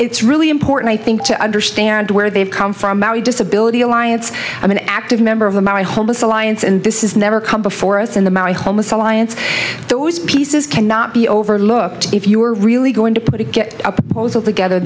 it's really important i think to understand where they've come from our disability alliance i'm an active member of the my homeless lions and this is never come before us in the maori homeless alliance those pieces cannot be overlooked if you are really going to put a get a proposal together